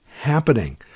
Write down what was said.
happening